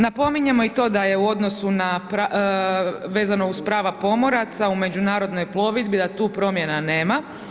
Napominjemo i to da je u odnosu na, vezano uz prava pomoraca u međunarodnoj plovidbi da tu promjena nema.